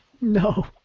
No